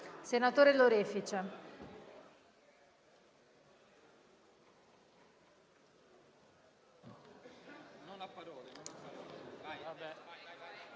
senatore Lorefice,